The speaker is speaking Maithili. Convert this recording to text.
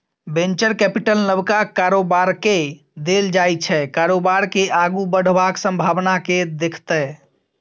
बेंचर कैपिटल नबका कारोबारकेँ देल जाइ छै कारोबार केँ आगु बढ़बाक संभाबना केँ देखैत